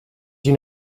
know